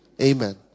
Amen